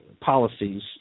policies